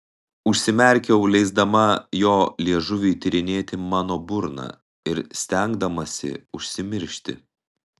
užsimerkiau leisdama jo liežuviui tyrinėti mano burną ir stengdamasi užsimiršti